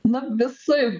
na visaip